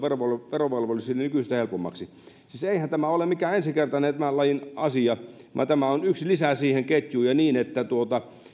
verovelvollisille nykyistä helpommaksi siis eihän tämä ole mikään ensikertainen tämän lajin asia vaan tämä on yksi lisä siihen ketjuun niin että